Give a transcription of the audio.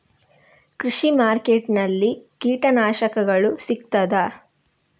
ಕೃಷಿಮಾರ್ಕೆಟ್ ನಲ್ಲಿ ಕೀಟನಾಶಕಗಳು ಸಿಗ್ತದಾ?